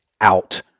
out